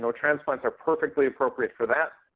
so transplants are perfectly appropriate for that.